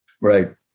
Right